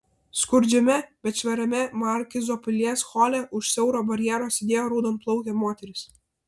skurdžiame bet švariame markizo pilies hole už siauro barjero sėdėjo raudonplaukė moteris